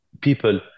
People